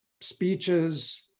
speeches